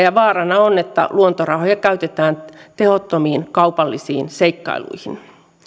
ja vaarana on että luontorahoja käytetään tehottomiin kaupallisiin seikkailuihin